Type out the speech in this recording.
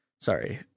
Sorry